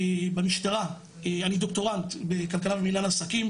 במשטרה אני דוקטורנט בכלכלה ומנהל עסקים,